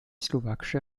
slowakische